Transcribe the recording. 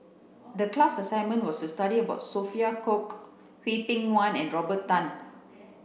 the class assignment was to study about Sophia Cooke Hwang Peng Yuan and Robert Tan